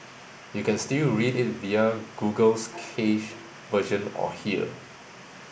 you can still read it via Google's cached version or here